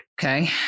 Okay